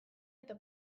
eta